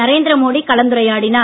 நரேந்திர மோடி கலந்துரையாடினார்